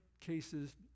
cases